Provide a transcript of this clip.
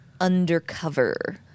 undercover